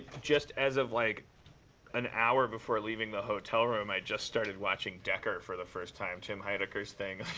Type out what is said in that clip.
just as of like an hour before leaving the hotel room, i just started watching decker for the first time tim heidecker's thing.